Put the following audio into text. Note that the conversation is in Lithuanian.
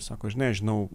sako žinai aš žinau